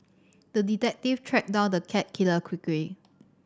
the detective tracked down the cat killer quickly